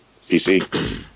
PC